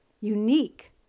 unique